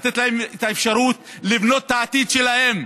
לתת להם את האפשרות לבנות את העתיד שלהם.